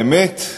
האמת,